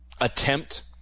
attempt